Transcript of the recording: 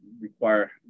require